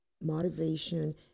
motivation